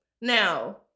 Now